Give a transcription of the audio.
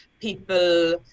people